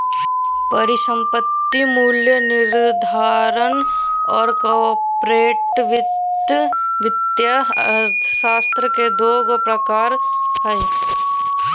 परिसंपत्ति मूल्य निर्धारण और कॉर्पोरेट वित्त वित्तीय अर्थशास्त्र के दू गो प्रकार हइ